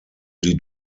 die